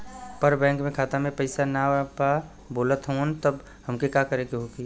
पर बैंक मे खाता मे पयीसा ना बा बोलत हउँव तब हमके का करे के होहीं?